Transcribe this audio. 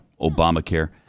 Obamacare